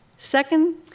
Second